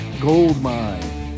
goldmine